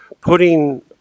putting